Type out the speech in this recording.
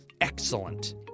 Excellent